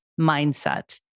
mindset